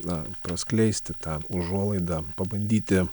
na praskleisti tą užuolaidą pabandyti